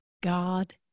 God